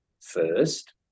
first